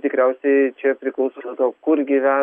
tikriausiai čia priklauso nuo to kur gyve